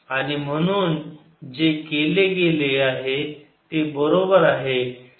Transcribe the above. आणि म्हणून जे केले गेले ते बरोबर आहे